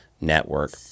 network